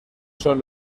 son